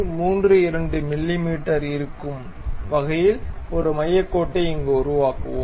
32 மிமீ இருக்கும் வகையில் ஒரு மையக் கோட்டை இங்கு உருவாக்குவோம்